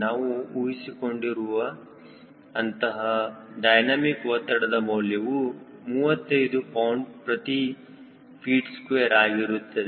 ನಾವು ಉಳಿಸಿಕೊಂಡಿರುವ ಅಂತಹ ಡೈನಮಿಕ್ ಒತ್ತಡದ ಮೌಲ್ಯವು 35 lbft2 ಆಗಿರುತ್ತದೆ